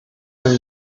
some